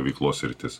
veiklos sritis